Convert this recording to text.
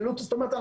זאת אומרת,